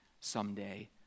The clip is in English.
someday